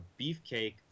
Beefcake